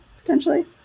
potentially